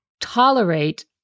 tolerate